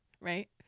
right